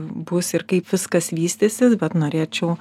bus ir kaip viskas vystysis bet norėčiau